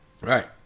right